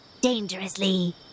dangerously